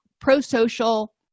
pro-social